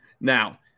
Now